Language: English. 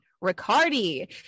riccardi